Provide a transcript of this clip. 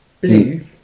blue